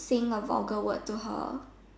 saying a vulgar word to her